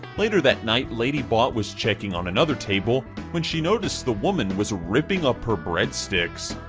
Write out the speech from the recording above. later that night, ladybot was checking on another table when she noticed the woman was ripping up her breadsticks,